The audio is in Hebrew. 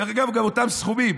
דרך אגב, גם אותם סכומים.